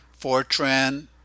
FORTRAN